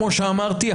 כמו שאמרתי,